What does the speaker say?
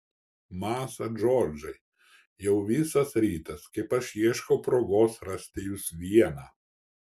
masa džordžai jau visas rytas kaip aš ieškau progos rasti jus vieną